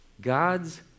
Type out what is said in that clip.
God's